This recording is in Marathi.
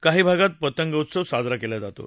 काही भागात पतंग उत्सव साजरा केला जातो